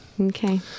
Okay